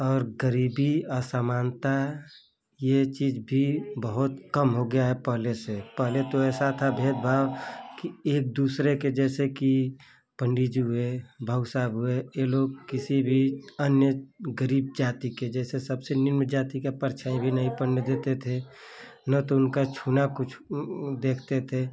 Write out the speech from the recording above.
और गरीबी असमानता यह चीज़ें भी बहुत कम हो गई हैं पहले से पहले तो ऐसा था भेदभाव कि एक दूसरे के जैसे कि पण्डित जी हुए बाबूसाहेब हुए ये लोग किसी भी अन्य गरीब जाति के जैसे सबसे निम्न जाति की परछाईं भी नहीं पड़ने देते थे न तो उनका छूना कुछ देखते थे